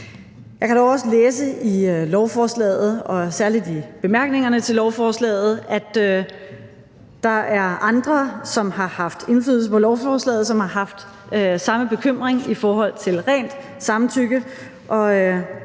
Jeg kan dog også læse i lovforslaget og særlig i bemærkningerne til lovforslaget, at der er andre, som har haft indflydelse på lovforslaget, som har haft den samme bekymring i forhold til en ren